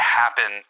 happen